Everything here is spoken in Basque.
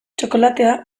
txokolatea